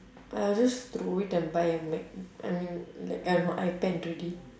I'll just throw it and buy a mac~ um like I have my ipad already